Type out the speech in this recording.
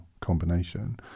combination